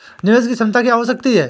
निवेश की क्षमता क्या हो सकती है?